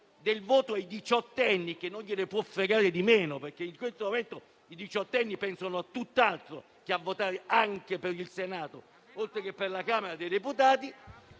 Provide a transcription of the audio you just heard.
del voto ai diciottenni (che non gliene può fregare di meno, perché in questo momento i diciottenni pensano a tutt'altro che a votare anche per il Senato oltre che per la Camera dei deputati),